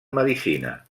medicina